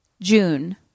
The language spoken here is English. June